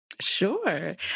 Sure